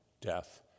death